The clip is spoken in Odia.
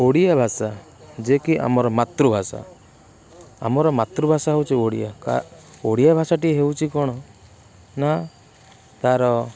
ଓଡ଼ିଆ ଭାଷା ଯେ କି ଆମର ମାତୃଭାଷା ଆମର ମାତୃଭାଷା ହେଉଛି କା ଓଡ଼ିଆ ଭାଷାଟି ହେଉଛି କ'ଣ ନା ତାର